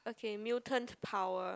okay mutant power